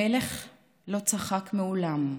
המלך לא צחק מעולם.